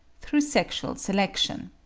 through sexual selection.